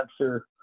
answer